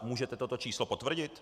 Můžete toto číslo potvrdit?